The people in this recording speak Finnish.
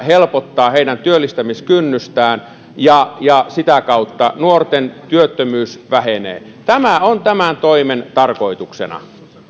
helpottaa heidän työllistämiskynnystään ja ja sitä kautta nuorten työttömyys vähenee tämä on tämän toimen tarkoituksena